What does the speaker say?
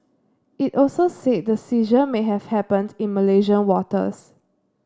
it also said the seizure may have happened in Malaysian waters